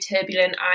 turbulent